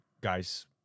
guys